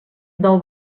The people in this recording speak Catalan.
del